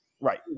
right